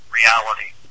reality